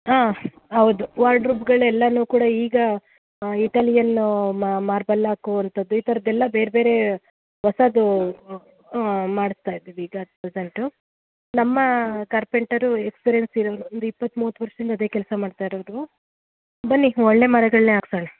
ಹಾಂ ಹೌದು ವಾರ್ಡ್ರೋಬ್ಗಳೆಲ್ಲಾ ಕೂಡ ಈಗ ಇಟಾಲಿಯನ್ ಮಾರ್ಬಲ್ ಹಾಕೋ ಅಂಥದ್ದು ಈ ಥರದೆಲ್ಲಾ ಬೇರೆ ಬೇರೆ ಹೊಸದು ಹಾಂ ಮಾಡಿಸ್ತಾ ಇದ್ದೀವಿ ಈಗ ಅಟ್ ಪ್ರೆಸೆಂಟು ನಮ್ಮ ಕಾರ್ಪೆಂಟರು ಎಕ್ಸ್ಪೀರಿಯನ್ಸ್ ಇರೋವರು ಒಂದು ಇಪ್ಪತ್ತು ಮೂವತ್ತು ವರ್ಷದಿಂದ ಅದೇ ಕೆಲಸ ಮಾಡ್ತಾ ಇರೋದು ಬನ್ನಿ ಒಳ್ಳೇ ಮರಗಳನ್ನೇ ಹಾಕ್ಸಣ